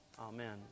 Amen